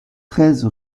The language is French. treize